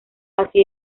así